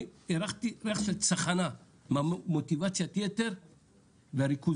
אני הרחתי ריח של צחנה ממוטיבציית היתר לריכוזית,